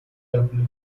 dudley